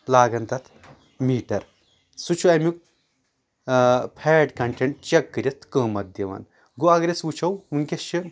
لاگان تتھ میٖٹر سُہ چھُ امیُک فیٹ کنٹیٚنٹ چیٚک کٔرتھ قۭمتھ دِوان گوٚو اگر أسۍ وٕچھو ؤنکیٚس چھِ